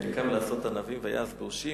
ויקו לעשות ענבים ויעש באושים.